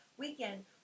weekend